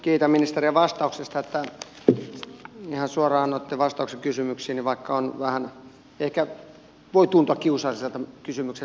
kiitän ministeriä vastauksesta että ihan suoraan annoitte vastauksen kysymyksiini vaikka voivat vähän tuntua kiusallisilta kysymykset